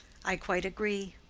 i quite agree.